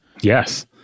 Yes